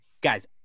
guys